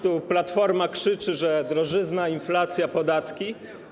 Tu Platforma krzyczy, że drożyzna, inflacja, podatki.